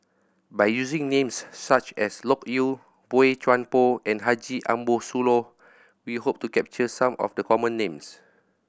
by using names such as Loke Yew Boey Chuan Poh and Haji Ambo Sooloh we hope to capture some of the common names